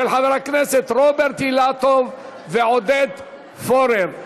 של חבר הכנסת רוברט אילטוב ועודד פורר.